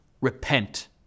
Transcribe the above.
repent